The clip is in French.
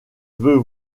veux